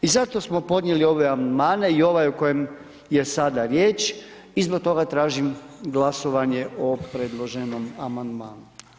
I zato smo podnijeli ove amandmane i ovaj o kojem je sada riječ i zbog toga tražim glasovanje o predloženom amandmanu.